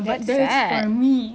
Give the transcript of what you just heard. that's sad